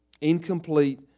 Incomplete